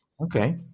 Okay